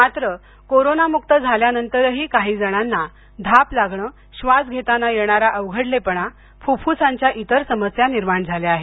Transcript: मात्र कोरोनामुक्त झाल्यानंतरही काही जणांना धाप लागणं श्वास घेताना येणारा अवघडलेपणा फुफ्फ्सांच्या इतर समस्या निर्माण झाल्या आहेत